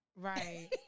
right